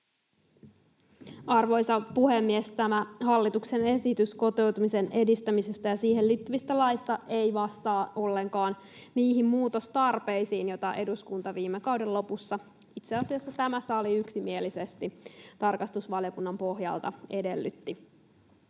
Arvoisa puhemies! Tämä hallituksen esitys kotoutumisen edistämisestä ja siihen liittyvistä laeista ei vastaa ollenkaan niihin muutostarpeisiin, joita eduskunta viime kauden lopussa, itse asiassa tämä sali yksimielisesti, tarkastusvaliokunnan pohjalta edellytti.